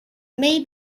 may